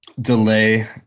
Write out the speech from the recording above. delay